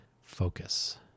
focus